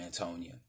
Antonia